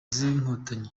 z’inkotanyi